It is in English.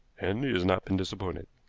and he has not been disappointed.